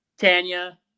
Tanya